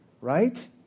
Right